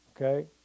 Okay